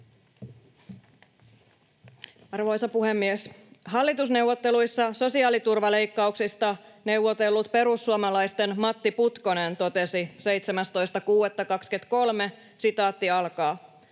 Arvoisa puhemies! Hallitusneuvotteluissa sosiaaliturvaleikkauksista neuvotellut perussuomalaisten Matti Putkonen totesi 17.6.2023: ”Me